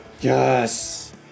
Yes